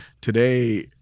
today